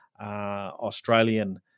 Australian